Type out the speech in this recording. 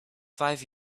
five